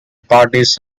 parties